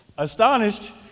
Astonished